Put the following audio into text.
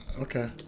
okay